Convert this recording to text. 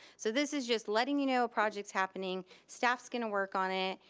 so this is just letting you know project's happening, staff's gonna work on it,